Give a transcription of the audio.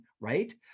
right